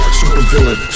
supervillain